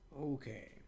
Okay